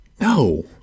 No